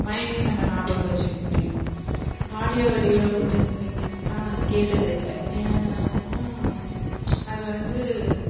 மைண்ட்லையும் நம்ம ஞாபகம் வச்சிக்க முடியும் ஆடியோ வீடியோவா போது எங்களுக்கு நான் வந்து கேட்டதில்லை ஏன்னா அதில் வந்து